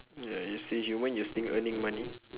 ya you're still human you're still earning money